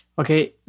Okay